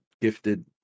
gifted